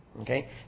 okay